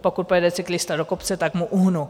Pokud pojede cyklista do kopce, tak mu uhnu.